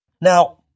Now